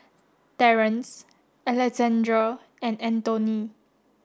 Terence Alexandrea and Antone